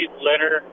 Leonard